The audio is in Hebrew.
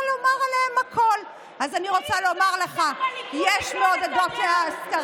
מעל גיל 67 שאין להם פנסיה והם נאלצים